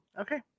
Okay